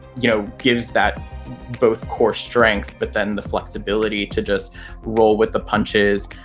you know gives that both core strength, but then the flexibility to just roll with the punches,